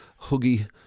huggy